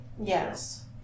Yes